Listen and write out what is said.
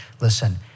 Listen